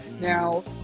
Now